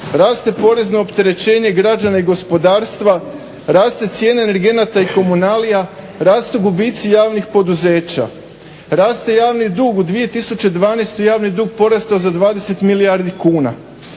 raste porezno opterećenje građana i gospodarstva, raste cijena energenata i komunalija, rastu gubici javnih poduzeća, raste javni dug u 2012. porastao za 20 milijardi kuna.